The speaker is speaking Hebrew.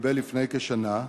שהתקבל לפני כשנה,